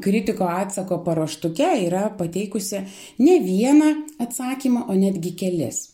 kritiko atsako paruoštuke yra pateikusi ne vieną atsakymą o netgi kelis